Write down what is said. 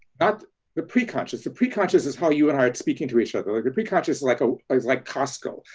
not the pre-conscious, the pre-conscious is how you and i are speaking to each other like the pre-conscious like ah is like costco,